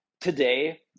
today